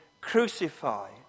crucified